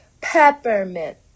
peppermint